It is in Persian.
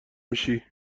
میشی